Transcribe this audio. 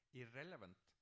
irrelevant